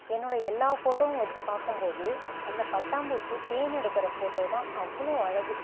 என்னுடைய எல்லா ஃபோட்டோவும் வச்சுப் பார்க்கும்போது அந்தப் பட்டாம்பூச்சி தேன் எடுக்கிற ஃபோட்டோதான் அவ்வளோ அழகு